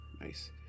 nice